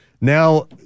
Now